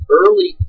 early